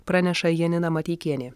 praneša janina mateikienė